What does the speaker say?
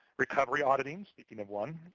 recovery auditing, speaking of one.